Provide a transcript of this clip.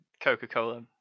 Coca-Cola